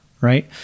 right